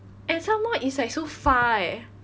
and some more it's like so far eh